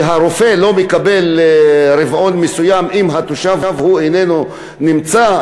שהרופא לא מקבל רבעון מסוים אם התושב איננו נמצא?